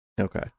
Okay